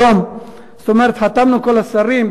חתמנו כל השרים.